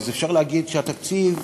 אז אפשר להגיד שהתקציב,